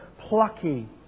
plucky